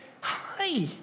hi